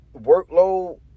workload